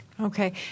Okay